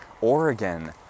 Oregon